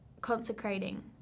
Consecrating